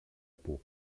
peau